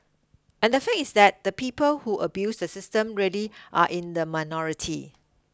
and the fact is that the people who abuse the system really are in the minority